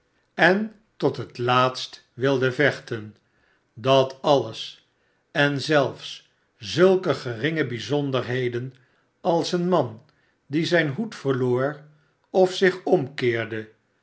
en tot het laatst wilde vechten dat alles en zelfs zulke geringe bijzonderheden als een man die zijn hoed verloor of zich omkeerde